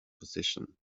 position